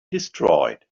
destroyed